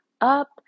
up